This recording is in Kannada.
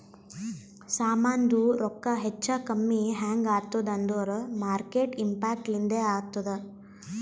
ಸಾಮಾಂದು ರೊಕ್ಕಾ ಹೆಚ್ಚಾ ಕಮ್ಮಿ ಹ್ಯಾಂಗ್ ಆತ್ತುದ್ ಅಂದೂರ್ ಮಾರ್ಕೆಟ್ ಇಂಪ್ಯಾಕ್ಟ್ ಲಿಂದೆ ಆತ್ತುದ